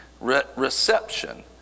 reception